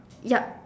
yup